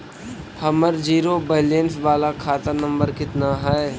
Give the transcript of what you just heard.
हमर zero balance बाला खाता नम्बर कितना है?